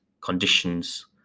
conditions